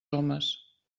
homes